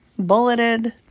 bulleted